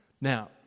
Now